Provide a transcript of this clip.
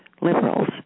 liberals